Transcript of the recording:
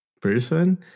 person